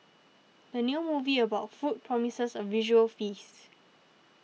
the new movie about food promises a visual feast